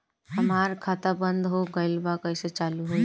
हमार खाता बंद हो गइल बा कइसे चालू होई?